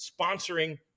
sponsoring